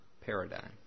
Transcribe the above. Paradigm